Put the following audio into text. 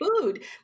food